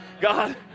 God